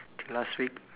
think last week